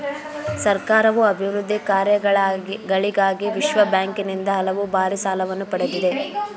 ಸರ್ಕಾರವು ಅಭಿವೃದ್ಧಿ ಕಾರ್ಯಗಳಿಗಾಗಿ ವಿಶ್ವಬ್ಯಾಂಕಿನಿಂದ ಹಲವು ಬಾರಿ ಸಾಲವನ್ನು ಪಡೆದಿದೆ